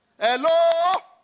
Hello